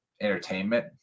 entertainment